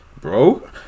Bro